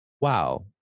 wow